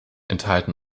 enthalten